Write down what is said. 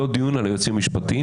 לא דיון על היועצים המשפטיים,